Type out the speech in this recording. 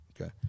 Okay